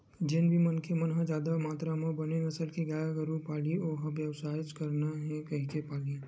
जेन भी मनखे मन ह जादा मातरा म बने नसल के गाय गरु पालही ओ ह बेवसायच करना हे कहिके पालही